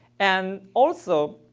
and also,